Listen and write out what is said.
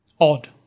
odd